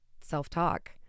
self-talk